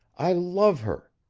i love her.